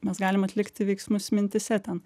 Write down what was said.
mes galim atlikti veiksmus mintyse ten